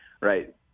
right